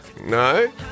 No